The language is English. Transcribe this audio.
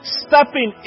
stepping